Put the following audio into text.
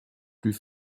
plus